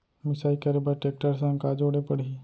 मिसाई करे बर टेकटर संग का जोड़े पड़ही?